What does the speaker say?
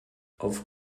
auf